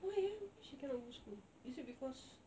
why eh why she cannot go school is it because